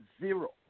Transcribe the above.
zero